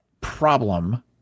problem